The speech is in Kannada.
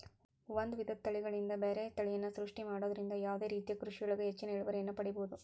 ಒಂದ್ ವಿಧದ ತಳಿಗಳಿಂದ ಬ್ಯಾರೆ ತಳಿಯನ್ನ ಸೃಷ್ಟಿ ಮಾಡೋದ್ರಿಂದ ಯಾವದೇ ರೇತಿಯ ಕೃಷಿಯೊಳಗ ಹೆಚ್ಚಿನ ಇಳುವರಿಯನ್ನ ಪಡೇಬೋದು